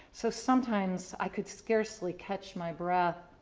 so sometimes i could scarcely catch my breath.